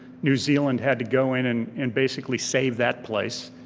new zealand had to go in and and basically save that place.